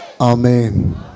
Amen